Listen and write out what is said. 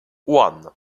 one